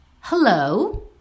hello